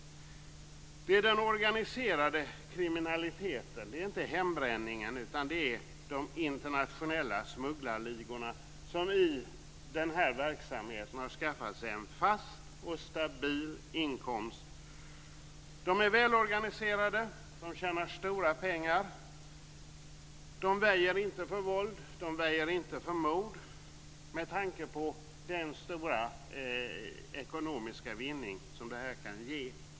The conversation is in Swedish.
Det är den organiserade kriminaliteten, det är inte hembränningen utan det är de internationella smugglarligorna som genom denna verksamhet har skaffat sig en fast och stabil inkomst. Ligorna är välorganiserade. De tjänar stora pengar. De väjer inte för våld och mord med tanke på den stora ekonomiska vinning som verksamheten kan ge.